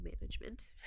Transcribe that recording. management